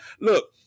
Look